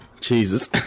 Jesus